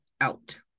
out